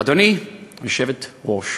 אדוני היושב-ראש,